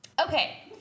okay